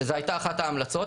שזו הייתה אחת ההמלצות,